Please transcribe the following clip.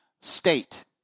state